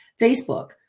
Facebook